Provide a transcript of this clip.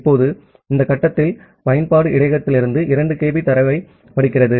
இப்போது இந்த கட்டத்தில் பயன்பாடு இடையகத்திலிருந்து 2 kB தரவைப் படிக்கிறது